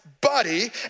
buddy